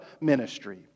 ministry